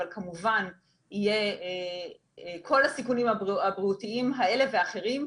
אבל כמובן שכל הסיכונים הבריאותיים האלה והאחרים יהיו,